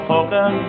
Poker